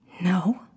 No